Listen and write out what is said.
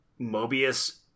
Mobius